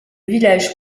village